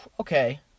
Okay